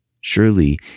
Surely